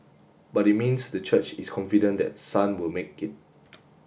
but it means the church is confident that Sun will make it